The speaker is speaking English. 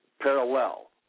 parallel